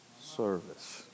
service